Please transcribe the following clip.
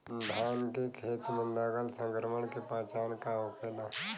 धान के खेत मे लगल संक्रमण के पहचान का होखेला?